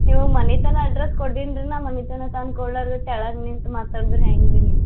ನೀವು ಮನೆ ತನಕ ಅಡ್ರಸ್ ಕೊಟ್ಟೀನಿ ರೀ ನಾವು ಮನೆ ತನಕ ತಂದು ಕೊಡಲಾರ್ದೆ ಕೆಳಗ್ ನಿಂತು ಮಾತಾಡ್ರೆ ಹೆಂಗ್ ರೀ ನೀವು